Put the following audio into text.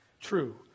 true